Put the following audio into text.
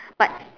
but